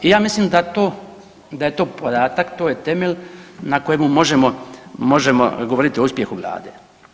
Ja mislim da je to podatak, to je temelj na kojemu možemo govoriti o uspjehu Vlade.